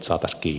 miksi